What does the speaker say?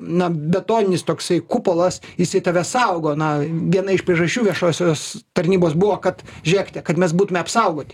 na betoninis toksai kupolas jisai tave saugo na viena iš priežasčių viešosios tarnybos buvo kad žėkite kad mes būtumėme apsaugoti